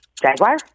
Jaguar